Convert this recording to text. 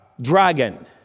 dragon